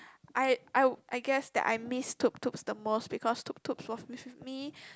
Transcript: I I I guess that I miss Tuktuk the most because Tuktuk was with me